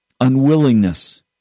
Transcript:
unwillingness